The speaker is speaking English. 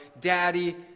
Daddy